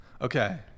Okay